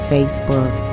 Facebook